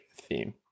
theme